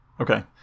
Okay